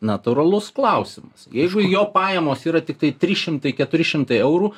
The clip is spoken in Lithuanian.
natūralus klausimas jeigu jo pajamos yra tiktai trys šimtai keturi šimtai eurų